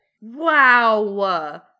Wow